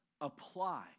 apply